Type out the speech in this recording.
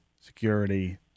security